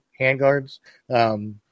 handguards